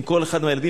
עם כל אחד מהילדים,